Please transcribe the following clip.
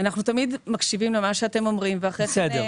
אנחנו תמיד מקשיבים למה שאתם אומרים --- בסדר.